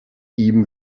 ihm